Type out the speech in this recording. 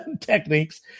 techniques